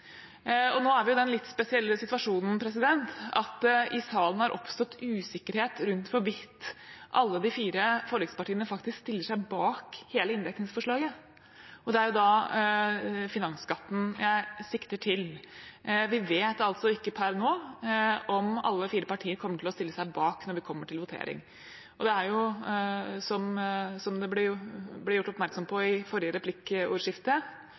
Og nå er vi i den litt spesielle situasjonen at det i salen har oppstått usikkerhet rundt hvorvidt alle de fire forlikspartiene faktisk stiller seg bak hele inndekningsforslaget, og da er det finansskatten jeg sikter til. Vi vet altså ikke per nå om alle fire partier kommer til å stille seg bak når vi kommer til votering. Det er jo slik, som det ble gjort oppmerksom på i forrige replikkordskifte,